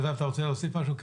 נדב, אתה רוצה להוסיף משהו?